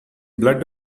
blood